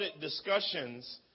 discussions